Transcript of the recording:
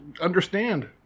understand